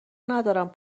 ندارم